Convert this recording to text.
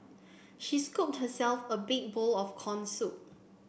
she scooped herself a big bowl of corn soup